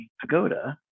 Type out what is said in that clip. Pagoda